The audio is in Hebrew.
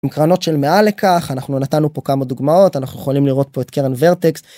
מקרנות של מעל לכך אנחנו נתנו פה כמה דוגמאות אנחנו יכולים לראות פה את קרן ורטקס